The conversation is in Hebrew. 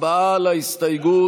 הצבעה על ההסתייגות.